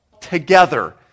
together